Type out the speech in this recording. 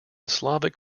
slavic